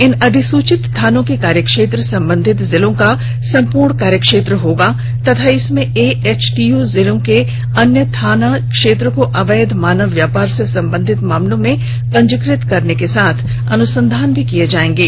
इन अधिसूचित थानों के कार्यक्षेत्र संबंधित जिला को संपूर्ण कार्यक्षेत्र होगा तथा इसमें एएचटीयू जिला के अन्य थाना क्षेत्र में अवैध मानव व्यापार से संबंधित मामले भी पंजीकृत करने के साथ अनुसंधान भी किए जाएंगे